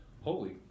holy